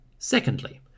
Secondly